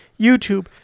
YouTube